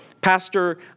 Pastor